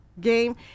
game